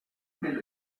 les